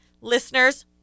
Listeners